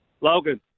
logan